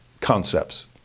concepts